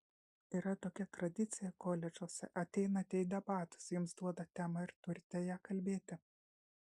yra tokia tradicija koledžuose ateinate į debatus jums duoda temą ir turite ja kalbėti